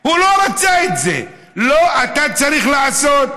הוא לא רצה את זה, לא, אתה צריך לעשות.